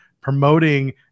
promoting